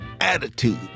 attitude